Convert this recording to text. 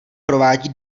provádí